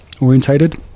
orientated